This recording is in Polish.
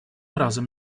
razem